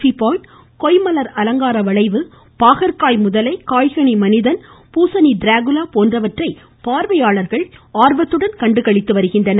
B point கொய்மலர் அலங்கார வளைவு பாகற்காய் முதலை காய்கனி மனிதன் பூசணி ட்ராகுலா போன்றவற்றை பார்வையாளர்கள் கண்டுகளித்து வருகின்றனர்